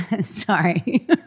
sorry